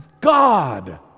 God